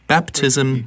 Baptism